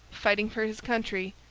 fighting for his country,